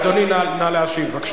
אדוני, נא להשיב בבקשה.